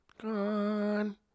Gone